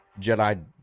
Jedi